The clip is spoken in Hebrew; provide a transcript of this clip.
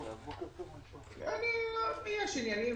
לפעמים יש עניינים,